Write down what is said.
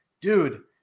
dude